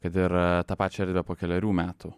kad ir tą pačią po kelerių metų